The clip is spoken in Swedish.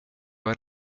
har